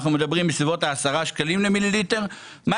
אנחנו מדברים על בסביבות 10 שקלים למיליליטר ומה